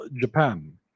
Japan